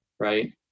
Right